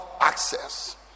access